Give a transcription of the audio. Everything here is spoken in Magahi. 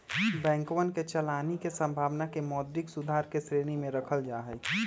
बैंकवन के चलानी के संभावना के मौद्रिक सुधार के श्रेणी में रखल जाहई